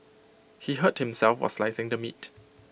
he hurt himself while slicing the meat